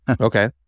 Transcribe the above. Okay